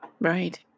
Right